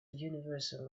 universal